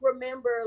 remember